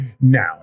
Now